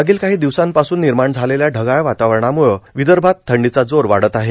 मागील काही दिवसांपासून निर्माण झालेल्या ढगाळ वातावरणामूळं विदर्भात थंडीचा जोर वाढत आहे